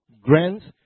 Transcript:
grants